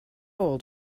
old